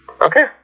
Okay